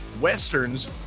westerns